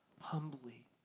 humbly